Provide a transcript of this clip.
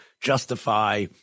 justify